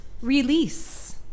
release